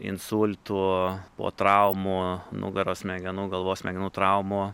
insultų po traumų nugaros smegenų galvos smegenų traumų